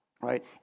right